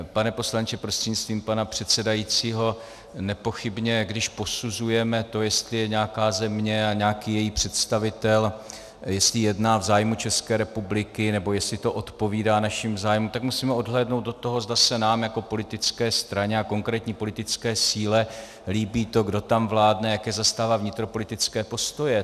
Pane poslanče prostřednictvím pana předsedajícího, nepochybně když posuzujeme to, jestli je nějaká země a nějaký její představitel, jestli jedná v zájmu České republiky nebo jestli to odpovídá našim zájmům, tak musíme odhlédnout od toho, zda se nám jako politické straně a konkrétní politické síle líbí to, kdo tam vládne, jaké zastává vnitropolitické postoje.